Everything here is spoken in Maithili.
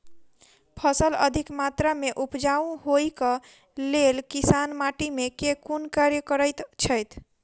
फसल अधिक मात्रा मे उपजाउ होइक लेल किसान माटि मे केँ कुन कार्य करैत छैथ?